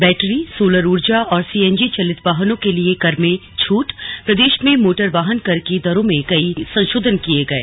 battery solar ऊर्जा और CNG चलित वाहनों के लिए कर में छूटप्रदेश में मोटर वाहन कर की दरों में कई संशोधन किये गए